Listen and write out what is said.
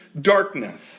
darkness